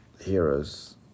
heroes